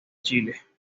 chile